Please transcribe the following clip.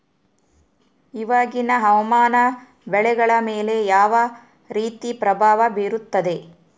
ಇವಾಗಿನ ಹವಾಮಾನ ಬೆಳೆಗಳ ಮೇಲೆ ಯಾವ ರೇತಿ ಪ್ರಭಾವ ಬೇರುತ್ತದೆ?